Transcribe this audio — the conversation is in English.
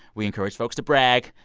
we encourage folks to brag.